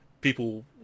people